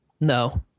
No